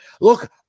look